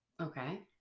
Okay